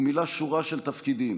הוא מילא שורה של תפקידים,